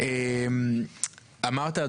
אמרת,